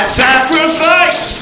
sacrifice